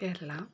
Kerala